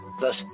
thus